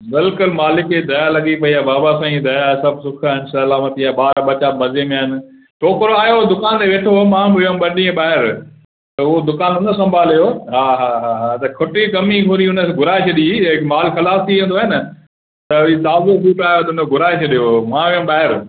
बिल्कुलु मालिक जी दया लॻी पई आहे बाबा साईं दया सभु सुख आहिनि सलामती आहे ॿार ॿचा मज़े में आहिनि छोकिरो आयो हो दुकान ते वेठो हो मां बि वियुमि ॿ ॾींहं ॿाहिरि त उहो दुकान उन संभालियो हा हा हा हा त खुटी कमी पूरी हुंदुसि घुराए छॾी मालु खलासु थी वेंदो आहे न त वरी हुन घुराए छॾियो हो मां हुयुमि ॿाहिरि